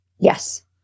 Yes